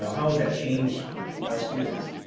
how does that change our students.